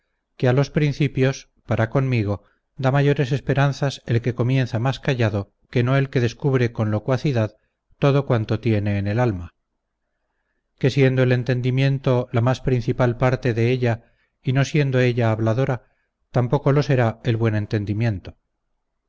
que a los principios para conmigo da mayores esperanzas el que comienza más callado que no el que descubre con locuacidad todo cuanto tiene en el alma que siendo el entendimiento la más principal parte de ella y no siendo ella habladora tampoco lo será el buen entendimiento